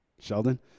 Sheldon